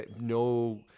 no